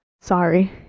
Sorry